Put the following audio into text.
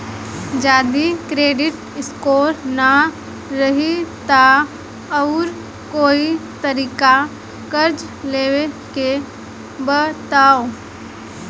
जदि credit score ना रही त आऊर कोई तरीका कर्जा लेवे के बताव?